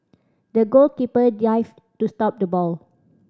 the goalkeeper dived to stop the ball